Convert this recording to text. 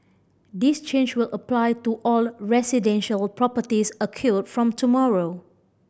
this change will apply to all residential properties from tomorrow